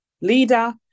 leader